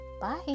bye